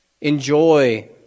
Enjoy